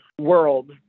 world